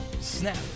snap